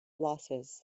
losses